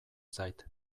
zait